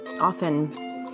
often